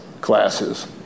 classes